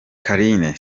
carine